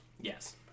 Yes